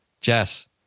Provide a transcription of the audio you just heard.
Jess